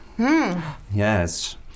Yes